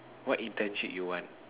what internship you want